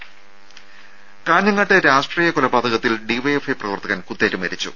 രും കാഞ്ഞങ്ങാട്ട് രാഷ്ട്രീയ കൊലപാതകത്തിൽ ഡിവൈഎഫ്ഐ പ്രവർത്തകൻ കുത്തേറ്റ് മരിച്ചു